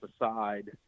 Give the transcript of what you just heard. aside